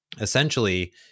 essentially